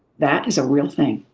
that is a real thing.